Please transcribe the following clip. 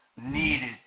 needed